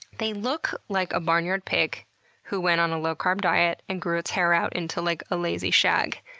they look like a barnyard pig who went on a low carb diet and grew its hair out into like a lazy shag.